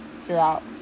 throughout